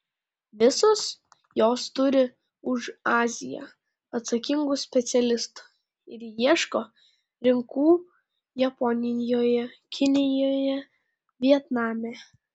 visos jos turi už aziją atsakingų specialistų ir ieško rinkų japonijoje kinijoje vietname